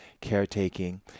caretaking